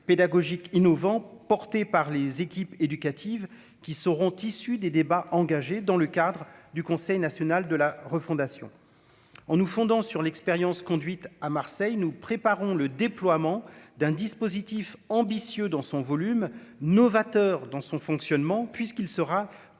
pédagogiques innovants portés par les équipes éducatives qui seront issus des débats engagés dans le cadre du Conseil national de la refondation en nous fondant sur l'expérience conduite à Marseille, nous préparons le déploiement d'un dispositif ambitieux dans son volume novateur dans son fonctionnement, puisqu'il sera pleinement